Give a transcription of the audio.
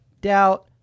doubt